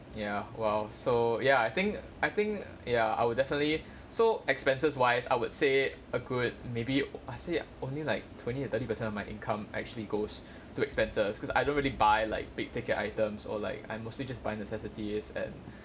ya well so ya I think I think ya I would definitely so expenses wise I would say a good maybe I say only like twenty or thirty percent of my income actually goes to expenses because I don't really buy like big ticket items or like I mostly just buy necessities and